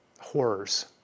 horrors